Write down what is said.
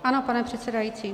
Ano, pane předsedající.